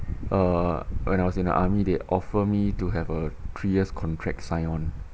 uh when I was in the army they offer me to have a three years contract sign on